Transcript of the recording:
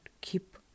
keep